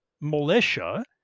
militia